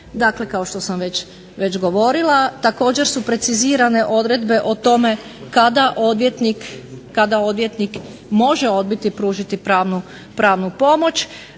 dakle kao što sam već govorila također su precizirane odredbe o tome kada odvjetnik može odbiti pružiti pravnu pomoć,